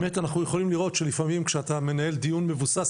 באמת אנחנו יכולים לראות שלפעמים כשאתה מנהל דיון מבוסס